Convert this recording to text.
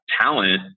talent